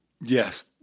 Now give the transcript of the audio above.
Yes